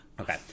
Okay